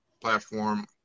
platform